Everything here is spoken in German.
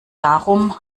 darum